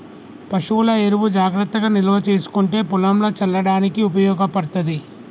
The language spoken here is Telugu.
పశువుల ఎరువు జాగ్రత్తగా నిల్వ చేసుకుంటే పొలంల చల్లడానికి ఉపయోగపడ్తది